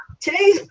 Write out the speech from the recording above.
today